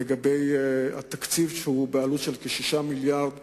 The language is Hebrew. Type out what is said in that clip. לגבי התקציב שהוא של כ-6 מיליארדים